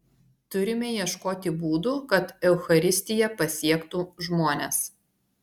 turime ieškoti būdų kad eucharistija pasiektų žmones